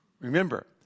remember